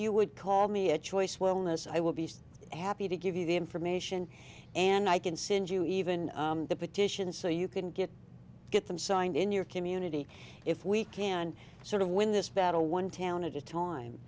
you would call me a choice wellness i will be happy to give you the information and i can send you even the petitions so you can get get them signed in your community if we can sort of win this battle one town at a time